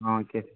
ah okay sir